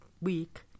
week